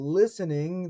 listening